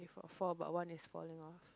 got four but one is falling off